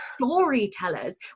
storytellers